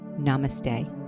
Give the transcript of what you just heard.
Namaste